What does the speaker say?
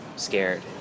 scared